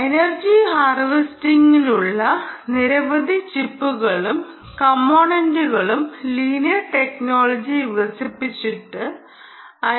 energy ഹാർവെസ്റ്റിംഗിനുള്ള നിരവധി ചിപ്പുകളും കമ്പോണെൻ്റുകളും ലീനിയർ ടെക്നോളജി വികസിപ്പിച്ചിട്ടുണ്ട്